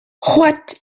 what